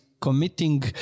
committing